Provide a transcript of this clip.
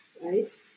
right